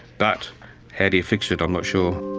but how do you fix it? i'm not sure.